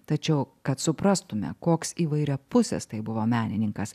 tačiau kad suprastume koks įvairiapusis tai buvo menininkas